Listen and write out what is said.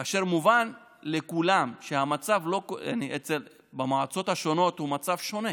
כאשר מובן לכולם שהמצב במועצות השונות הוא מצב שונה